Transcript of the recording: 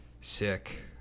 sick